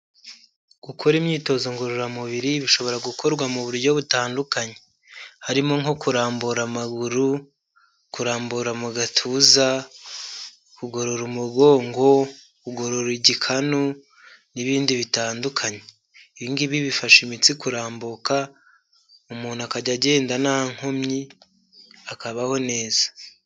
Gukora imyitozo ngororamubiri bishobora gukorwa mu buryo butandukanye harimo nko kurambura amaguru, kurambura mu gatuza, kugorora umugongo, kugorora igikanu n'ibindi bitandukanye. Ibingibi bifasha imitsi kurambuka umuntu akajya agenda nta nkomyi, akabaho neza.